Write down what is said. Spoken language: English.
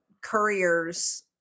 couriers